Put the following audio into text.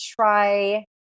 try